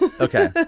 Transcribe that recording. Okay